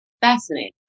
Fascinating